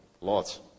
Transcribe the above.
lots